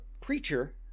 preacher